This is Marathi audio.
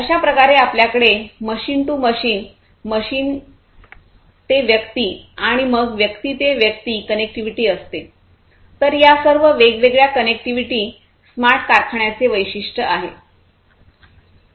अशाप्रकारे आपल्याकडे मशीन टू मशीन मशीन ते व्यक्ती आणि मग व्यक्ती ते व्यक्ती कनेक्टिविटी असते तर या सर्व वेगवेगळ्या कनेक्टिव्हिटी स्मार्ट कारखान्याचे वैशिष्ट्य आहे